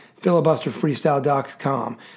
filibusterfreestyle.com